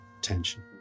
tension